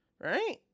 Right